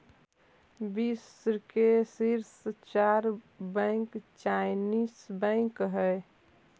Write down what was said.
विश्व के शीर्ष चार बैंक चाइनीस बैंक हइ